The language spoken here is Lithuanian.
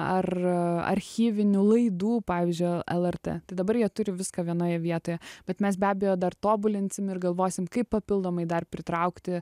ar archyvinių laidų pavyzdžiui lrt tai dabar jie turi viską vienoje vietoje bet mes be abejo dar tobulinsim ir galvosim kaip papildomai dar pritraukti